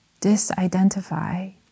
disidentify